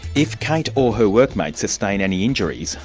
if kate or her workmates sustain any injuries,